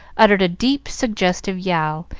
uttered a deep, suggestive yowl,